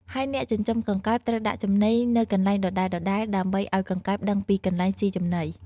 ហើយអ្នកចិញ្ចឹមកង្កែបត្រូវដាក់ចំណីនៅកន្លែងដដែលៗ ដើម្បីឲ្យកង្កែបដឹងពីកន្លែងស៊ីចំណី។